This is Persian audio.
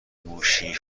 موشی